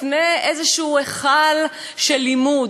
לפני איזשהו היכל של לימוד,